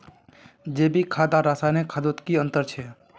जैविक खाद आर रासायनिक खादोत की अंतर छे?